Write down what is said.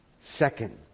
Second